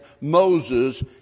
Moses